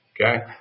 Okay